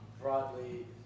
broadly